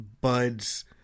Bud's